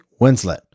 Winslet